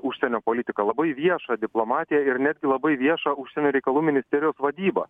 užsienio politiką labai viešąją diplomatiją ir netgi labai viešą užsienio reikalų ministerijos vadybą